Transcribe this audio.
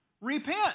repent